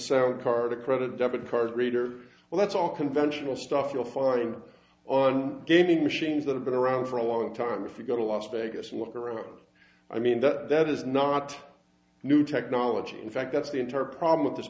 sound card a credit debit card reader well that's all conventional stuff you'll find on gaming machines that have been around for a long time if you go to las vegas and look around i mean that that is not new technology in fact that's the entire problem of this